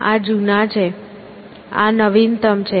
આ જુના છે આ નવીનતમ છે